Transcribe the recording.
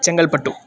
Chengalpattu